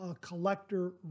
collector